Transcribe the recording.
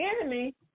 enemy